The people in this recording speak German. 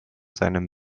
seinem